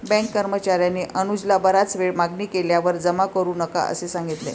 bank कर्मचार्याने अनुजला बराच वेळ मागणी केल्यावर जमा करू नका असे सांगितले